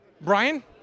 Brian